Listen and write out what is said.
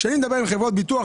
כשאני מדבר עם חברות ביטוח,